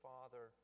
Father